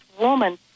woman